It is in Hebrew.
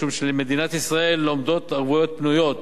משום שלמדינת ישראל עומדות ערבויות פנויות